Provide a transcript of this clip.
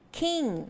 king